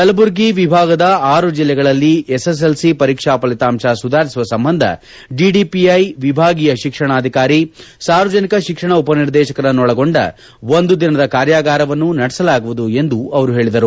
ಕಲಬುರಗಿ ವಿಭಾಗದ ಆರು ಜಿಲ್ಲೆಗಳಲ್ಲಿ ಎಸ್ಎಸ್ಎಲ್ಸಿ ಪರೀಕ್ಷಾ ಫಲಿತಾಂಶ ಸುಧಾರಿಸುವ ಸಂಬಂಧ ಡಿಡಿಪಿಐ ವಿಭಾಗೀಯ ಶಿಕ್ಷಣಾಧಿಕಾರಿ ಸಾರ್ವಜನಿಕ ಶಿಕ್ಷಣ ಉಪನಿರ್ದೇಶಕರನ್ನು ಒಳಗೊಂಡ ಒಂದು ದಿನದ ಕಾರ್ಯಾಗಾರವನ್ನು ನಡೆಸಲಾಗುವುದು ಎಂದು ಅವರು ಹೇಳಿದರು